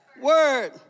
word